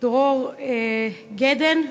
דרור גדן,